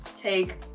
take